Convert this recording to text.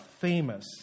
famous